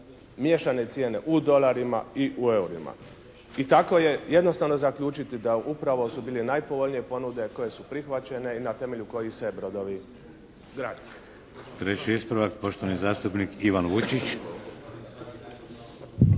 miješane cijene u dolarima i u eurima i tako je jednostavno zaključiti da upravo su bile najpovoljnije ponude koje su prihvaćene i na temelju kojih se brodovi …